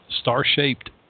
star-shaped